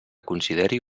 consideri